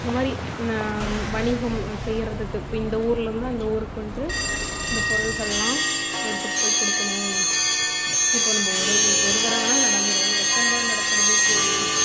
இதுமாதிரி வணிகம் செய்கிறதுக்கு இப்போ இந்த ஊருலேருந்து அந்த ஊருக்கு வந்துட்டு இந்த பொருள்களெலாம் எடுத்துட்டுப் போய் கொடுக்கணும் இப்போது நம்ம ஒரு ஒரு தடவைனா நடந்துடுவோம் எத்தனை தடவை நடக்கிறது இப்போது